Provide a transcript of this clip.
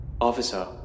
Officer